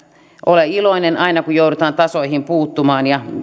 ole aina iloinen kun joudutaan tasoihin puuttumaan